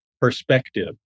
perspective